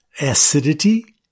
acidity